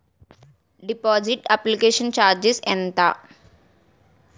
Deposit application charges ఎంత?